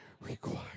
required